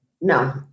no